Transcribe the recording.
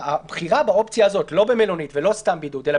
הבחירה באופציה הזאת לא במלונית ולא סתם בידוד אלא